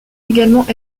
également